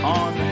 on